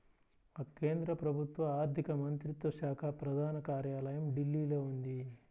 కేంద్ర ప్రభుత్వ ఆర్ధిక మంత్రిత్వ శాఖ ప్రధాన కార్యాలయం ఢిల్లీలో ఉంది